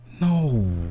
no